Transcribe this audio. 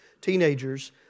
teenagers